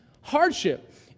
hardship